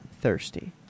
Thirsty